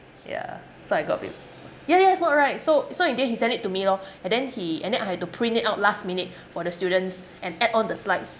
ya so I got bit ya ya it's not right so so in the end he sent it to me lor and then he and then I had to print it out last minute for the students and add on the slides